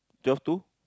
twelve two